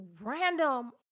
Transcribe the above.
random